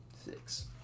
Six